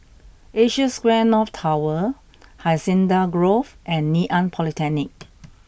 Asia Square North Tower Hacienda Grove and Ngee Ann Polytechnic